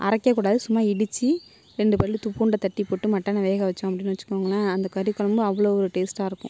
அரைக்கக்கூடாது சும்மா இடிச்சு ரெண்டு பல் பூண்டை தட்டிப்போட்டு மட்டனை வேக வைச்சோம் அப்படினு வச்சுகோங்களேன் அந்த கறி குழம்பு அவ்வளோ ஒரு டேஸ்ட்டாயிருக்கும்